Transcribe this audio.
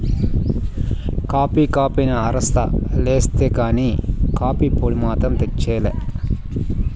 coffee coffee అని అరస్తా లేసేదే కానీ, కాఫీ పొడి మాత్రం తెచ్చేది లా